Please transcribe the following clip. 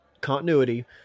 continuity